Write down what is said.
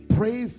pray